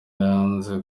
yanze